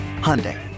Hyundai